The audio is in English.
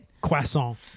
Croissant